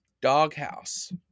doghouse